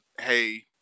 hey